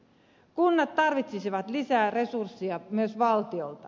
kunnat tarvitsisivat lisää resursseja myös valtiolta